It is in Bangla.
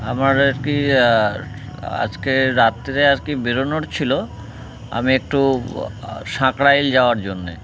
আমার আর কি আজকে রাত্রে আজকে বেরোনোর ছিলো আমি একটু সাঁকড়াইল যাওয়ার জন্যে